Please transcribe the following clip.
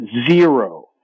zero